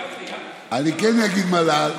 אני כן אגיד מל"ל,